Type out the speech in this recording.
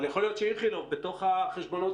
אבל יכול להיות שאיכילוב בתוך החשבונות